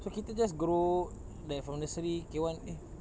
so kita just grow like from nursery K one eh